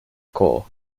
corps